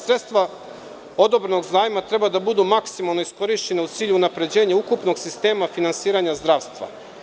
Sredstva odobrenog zajma treba da budu maksimalno iskorišćena u cilju unapređenja ukupnog sistema finansiranja zdravstva.